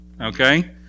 okay